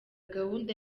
gahunda